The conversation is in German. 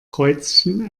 kreuzchen